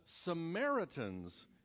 Samaritans